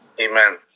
Amen